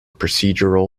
procedural